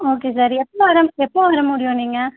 okay sir எப்போ வரம் எப்போ வர முடியும் நீங்கள்